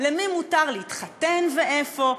למי מותר להתחתן ואיפה.